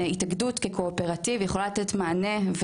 התאגדות כקואופרטיב יכולה לתת מענה,